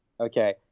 Okay